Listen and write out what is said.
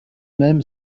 même